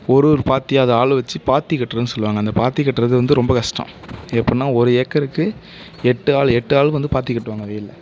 ஒரு ஒரு பாத்தியாக அதை ஆளு வச்சு பாத்தி கட்டுறதுன்னு சொல்வாங்க அந்த பாத்தி கட்டுறது வந்து ரொம்ப கஷ்டம் எப்புடின்னா ஒரு ஏக்கருக்கு எட்டு ஆள் எட்டு ஆளுங்க வந்து பாத்தி கட்டுவாங்க வயலில்